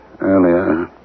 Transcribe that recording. earlier